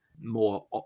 more